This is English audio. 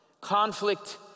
Conflict